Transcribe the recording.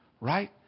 right